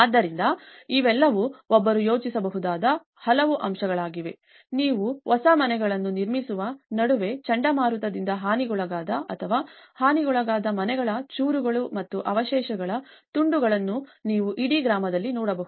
ಆದ್ದರಿಂದ ಇವೆಲ್ಲವೂ ಒಬ್ಬರು ಯೋಚಿಸಬಹುದಾದ ಹಲವು ಅಂಶಗಳಾಗಿವೆ ಆದ್ದರಿಂದ ನೀವು ಹೊಸ ಮನೆಗಳನ್ನು ನಿರ್ಮಿಸುವ ನಡುವೆ ಚಂಡಮಾರುತದಿಂದ ಹಾನಿಗೊಳಗಾದ ಅಥವಾ ಹಾನಿಗೊಳಗಾದ ಮನೆಗಳ ಚೂರುಗಳು ಮತ್ತು ಅವಶೇಷಗಳ ತುಂಡುಗಳನ್ನು ನೀವು ಇಡೀ ಗ್ರಾಮದಲ್ಲಿ ನೋಡಬಹುದು